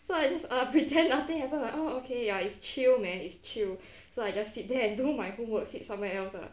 so I just pretend nothing happen lah oh okay ya it's chill man it's chill so I just sit there and do my homework sit somewhere else ah